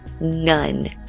none